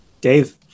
Dave